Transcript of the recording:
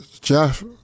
Jeff